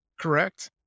correct